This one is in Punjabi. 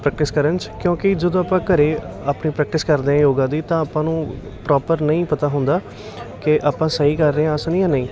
ਪ੍ਰੈਕਟਿਸ ਕਰਨ 'ਚ ਕਿਉਂਕਿ ਜਦੋਂ ਆਪਾਂ ਘਰੇ ਆਪਣੇ ਪ੍ਰੈਕਟਿਸ ਕਰਦੇ ਹਾਂ ਯੋਗਾ ਦੀ ਤਾਂ ਆਪਾਂ ਨੂੰ ਪ੍ਰੋਪਰ ਨਹੀਂ ਪਤਾ ਹੁੰਦਾ ਕਿ ਆਪਾਂ ਸਹੀ ਕਰ ਰਹੇ ਆਸਣ ਜਾਂ ਨਹੀਂ